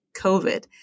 COVID